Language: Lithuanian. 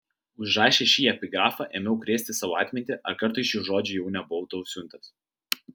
užrašęs šį epigrafą ėmiau krėsti savo atmintį ar kartais šių žodžių jau nebuvau tau siuntęs